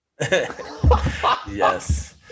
Yes